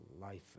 life